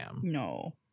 No